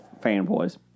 fanboys